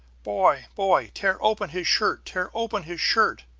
boy! boy! tear open his shirt! tear open his shirt!